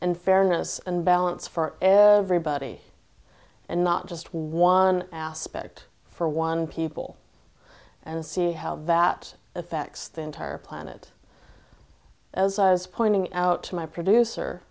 and fairness and balance for everybody and not just one aspect for one people and see how that affects the entire planet as i was pointing out to my producer